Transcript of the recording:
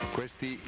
Questi